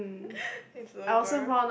it's over